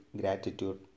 gratitude